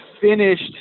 finished